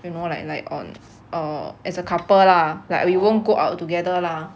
you know like like on err as a couple lah like we won't go out together lah